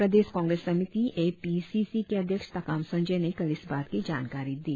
प्रदेश कांग्रेस समिति A P C C के अध्यक्ष तकाम संजोय ने कल इस बात की जानकारी दी